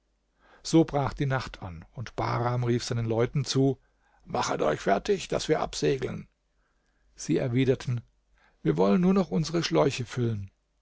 so brach die nacht an und bahram rief seinen leuten zu machet euch fertig daß wir absegeln sie erwiderten wir wollen nur noch unsere schläuche füllen